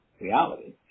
reality